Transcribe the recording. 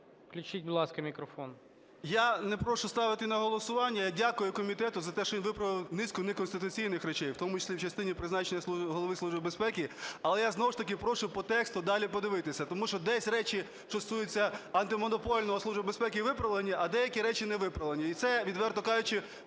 Включіть, будь ласка, мікрофон. 11:47:47 КНЯЗЕВИЧ Р.П. Я не прошу ставити на голосування. Я дякую комітету за те, що він виправив низку неконституційних речей, в тому числі в частині призначення голови Служби безпеки. Але я знову ж таки прошу по тексту далі подивитися, тому що десь речі, що стосуються Антимонопольного, Служби безпеки виправлені, а деякі речі не виправлені. І це, відверто кажучи,